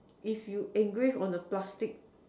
if you engrave on a plastic